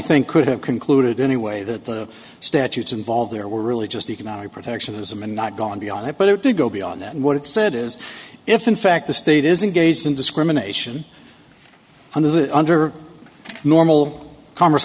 think could have concluded anyway that the statutes involved there were really just economic protectionism and not gone beyond that but it did go beyond that and what it said is if in fact the state is engaged in discrimination under the under normal co